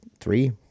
three